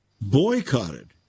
boycotted